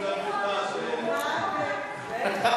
שיבחנו אותך, ואיפה, ואיפה